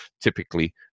typically